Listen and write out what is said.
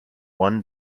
one